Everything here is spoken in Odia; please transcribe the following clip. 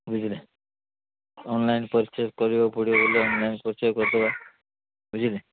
ବୁଝିଲେ ଅନଲାଇନ୍ ପରିଚୟ କରିବାକୁ ପଡ଼ିବ ବୋଲି ଅନଲାଇନ୍ ପରିଚୟ କରିଦେବା ବୁଝିଲେ